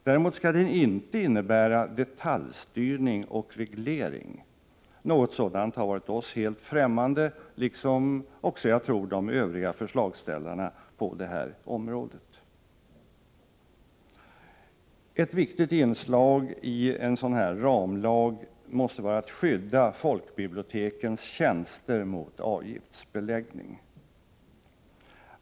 Däremot skall den inte innebära detaljstyrning och reglering — något sådant har för oss varit helt ffrämmande liksom också, tror jag, för de övriga förslagsställarna på det här området. Ett viktigt inslag i en sådan ramlag måste vara att skydda folkbibliotekens tjänster mot avgiftsbeläggning.